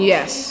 Yes